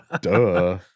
duh